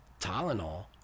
tylenol